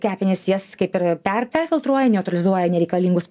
kepenys jas kaip ir per perfiltruoja neutralizuoja nereikalingus